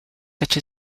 such